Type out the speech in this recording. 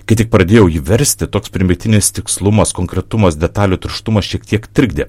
kai tik pradėjau jį versti toks primygtinis tikslumas konkretumas detalių tirštumas šiek tiek trikdė